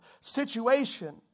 situation